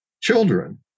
children